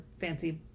fancy